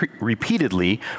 repeatedly